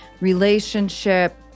relationship